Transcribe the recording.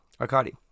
Arcadi